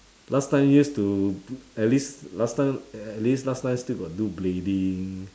last time used to at least last time at least last time still got do blading